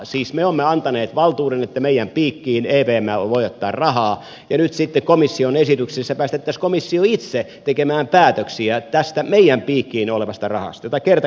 siis me olemme antaneet valtuuden että meidän piikkiin evm voi ottaa rahaa ja nyt sitten komission esityksessä päästettäisiin komissio itse tekemään päätöksiä tästä meidän piikkiin olevasta rahasta jota kerta kaikkiaan ei voi hyväksyä